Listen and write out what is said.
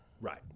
Right